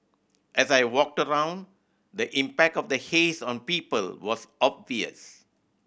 as I walked around the impact of the haze on people was obvious